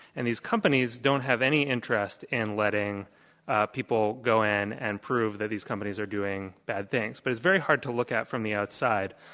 and these companies don't have any interest in letting people go in and prove that these companies are doing bad things. but it's very hard to look at from the outside,